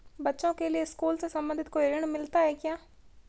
बच्चों के लिए स्कूल से संबंधित कोई ऋण मिलता है क्या?